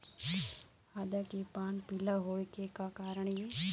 आदा के पान पिला होय के का कारण ये?